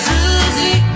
Susie